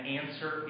answer